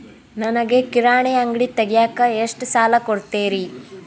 ನನಗ ಕಿರಾಣಿ ಅಂಗಡಿ ತಗಿಯಾಕ್ ಎಷ್ಟ ಸಾಲ ಕೊಡ್ತೇರಿ?